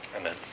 Amen